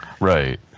Right